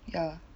ya